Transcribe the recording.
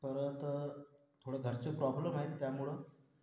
परत थोडं घरचे प्रॉब्लेम आहेत त्यामुळं